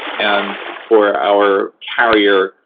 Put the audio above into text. and for our carrier,